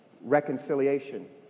reconciliation